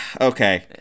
okay